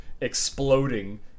exploding